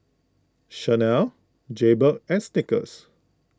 Chanel Jaybird and Snickers